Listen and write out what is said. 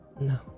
No